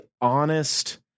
honest